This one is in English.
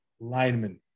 linemen